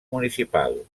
municipal